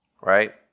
right